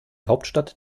hauptstadt